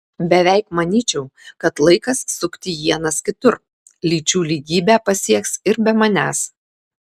beveik manyčiau kad laikas sukti ienas kitur lyčių lygybę pasieks ir be manęs